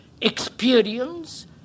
experience